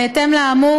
בהתאם לאמור,